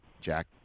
Jack